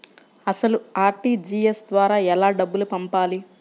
అసలు అర్.టీ.జీ.ఎస్ ద్వారా ఎలా డబ్బులు పంపాలి?